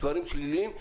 דברים שליליים.